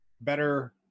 better